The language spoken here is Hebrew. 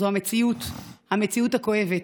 זו המציאות, המציאות הכואבת.